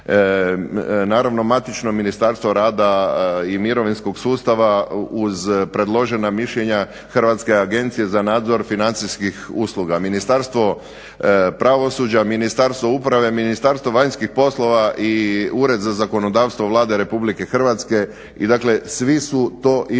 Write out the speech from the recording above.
naravno matično Ministarstvo rada i mirovinskog sustava uz predložena mišljenja Hrvatske agencije za nadzor financijskih usluga, Ministarstvo pravosuđa, Ministarstvo uprave, Ministarstvo vanjskih poslova i Ured za zakonodavstvo Vlade Republike Hrvatske i dakle svi su to imali